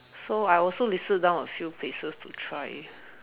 so I also listed down a few places to try